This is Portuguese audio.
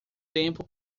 tempo